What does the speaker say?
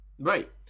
right